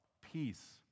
peace